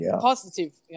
Positive